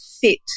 fit